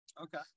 Okay